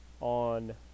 on